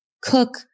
cook